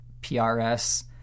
prs